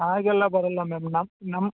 ಹಾಗೆಲ್ಲ ಬರೋಲ್ಲ ಮ್ಯಾಮ್ ನಮ್ಮ ನಮ್ಮ